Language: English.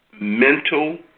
mental